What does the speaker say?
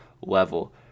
level